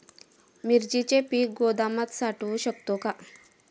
मिरचीचे पीक गोदामात साठवू शकतो का?